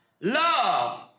love